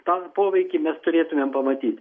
tą poveikį mes turėtumėm pamatyti